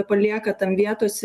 palieka tam vietos